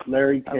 Larry